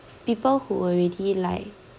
people who already like